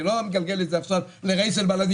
אני לא מגלגל את זה עכשיו לראיס אל בלדייה,